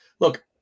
Look